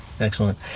excellent